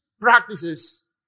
practices